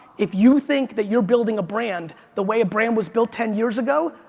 if you think that you're building a brand the way a brand was built ten years ago,